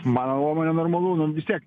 mano nuomone normalu nu vis tiek